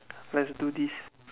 let's do this